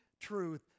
truth